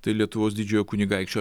tai lietuvos didžiojo kunigaikščio